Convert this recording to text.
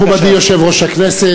מכובדי יושב-ראש הכנסת,